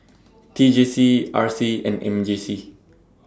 T J C R C and M J C